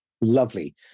Lovely